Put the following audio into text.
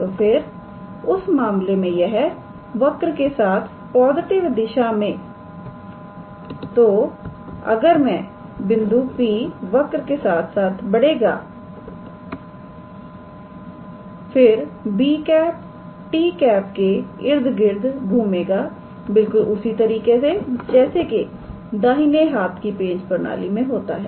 तो फिर उस मामले में यह मैं वक्र के साथ पॉजिटिव दिशा में तो फिर अगर बिंदु P वक्र के साथ साथ बढ़ेगा फिर 𝑏̂ 𝑡̂ के इर्द गिर्द घूमेगा बिल्कुल उसी तरीके से जैसे कि दाहिनी हाथ की पेच प्रणाली मैं होता है